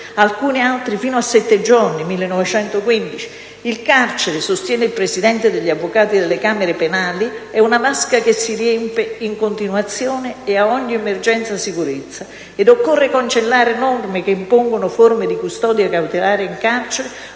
giorni, e 1.915 fino a sette giorni. Il carcere - sostiene il presidente degli avvocati delle camere penali - è una vasca che si riempie in continuazione a ogni emergenza sicurezza: occorre cancellare norme che impongono forme di custodia cautelare in carcere